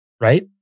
right